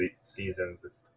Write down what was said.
seasons